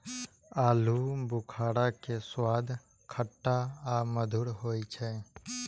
आलू बुखारा के स्वाद खट्टा आ मधुर होइ छै